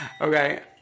Okay